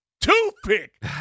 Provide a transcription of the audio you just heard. toothpick